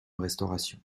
restauration